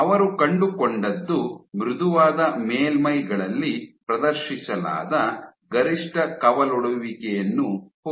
ಅವರು ಕಂಡುಕೊಂಡದ್ದು ಮೃದುವಾದ ಮೇಲ್ಮೈಗಳಲ್ಲಿ ಪ್ರದರ್ಶಿಸಲಾದ ಗರಿಷ್ಠ ಕವಲೊಡೆಯುವಿಕೆಯನ್ನು ಹೋಲುತ್ತದೆ